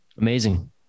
Amazing